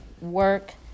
work